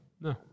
No